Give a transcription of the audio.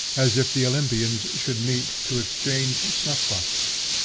as if the olympians should meet to exchange snuff-boxes.